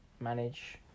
manage